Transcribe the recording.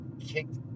kicked